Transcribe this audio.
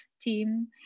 team